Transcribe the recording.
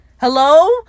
hello